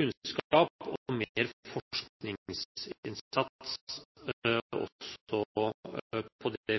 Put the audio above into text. kunnskap og mer forskningsinnsats også på det